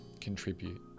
contribute